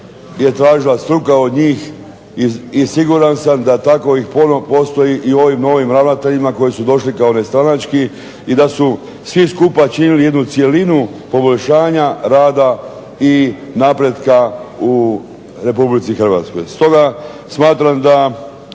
je tražila struka od njih i siguran sam da tako ih puno postoji i u ovim novim ravnateljima koji su došli kao nestranački i da su svi skupa činili jednu cjelinu poboljšanja rada i napretka u RH. Stoga smatram da